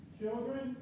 children